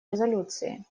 резолюции